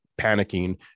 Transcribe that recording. panicking